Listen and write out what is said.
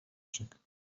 czeka